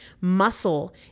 Muscle